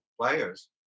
players